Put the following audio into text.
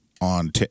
on